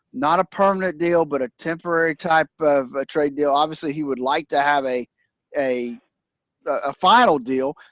not a permanent deal, but a temporary type of trade deal. obviously he would like to have a a a final deal,